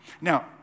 Now